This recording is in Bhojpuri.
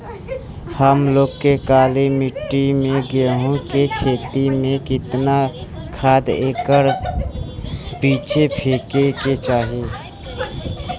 हम लोग के काली मिट्टी में गेहूँ के खेती में कितना खाद एकड़ पीछे फेके के चाही?